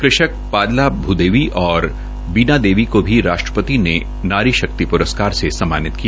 कृषक पाडला भूदेनी और बीना देवी को राष्ट्रपति ने नारी शक्ति प्रस्कार से सम्मानित किया